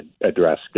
address